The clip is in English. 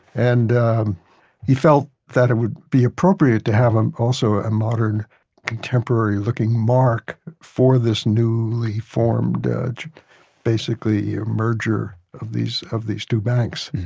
and he felt that it would be appropriate to have, um also, a modern contemporary looking mark for this newly formed, ah basically you know a merger of these of these two banks.